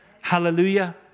Hallelujah